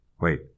Wait